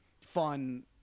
fun